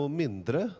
mindre